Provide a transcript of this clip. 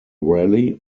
rally